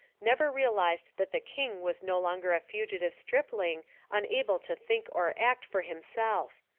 never realised that the king was no longer a fugitive stripling un able to think or act for himself.